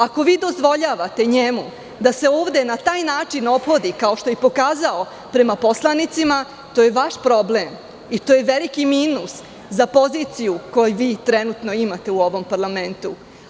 Ako vi njemu dozvoljavate da se ovde na taj način ophodi kao što je pokazao prema poslanicima, to je vaš problem i to je veliki minus za poziciju koju vi trenutno imate u ovom parlamentu.